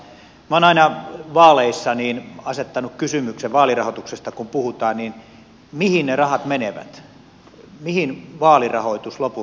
minä olen aina vaaleissa asettanut kysymyksen vaalirahoituksesta kun puhutaan mihin ne rahat menevät mihin vaalirahoitus lopulta päätyy